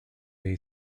day